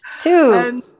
two